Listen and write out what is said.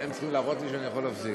הם צריכים להראות לי שאני יכול להפסיק.